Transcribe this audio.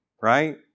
right